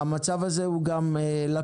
המצב הזה הוא גם לקונה,